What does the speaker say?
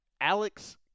Alex